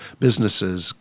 businesses